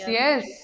yes